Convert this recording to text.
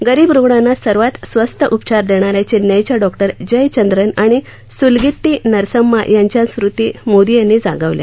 गरीब रुणांना सर्वात स्वस्त उपचार देणाऱ्या चेन्नईच्या डॉक्टर जयचंद्रन आणि सुलगित्ती नरसम्मा यांच्या स्मृति मोदी यांनी जागवल्या